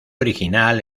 original